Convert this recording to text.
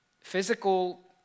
physical